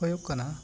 ᱦᱩᱭᱩᱜ ᱠᱟᱱᱟ